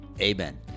Amen